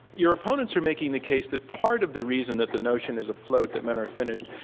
your opponents are making the case that part of the reason that the notion is afloat, that men are finished,